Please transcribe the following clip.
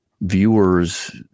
viewers